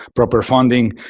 proper funding,